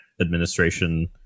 administration